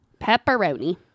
Pepperoni